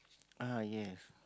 ah yes